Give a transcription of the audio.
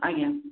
ଆଜ୍ଞା